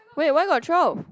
wait why got twelve